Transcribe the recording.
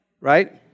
right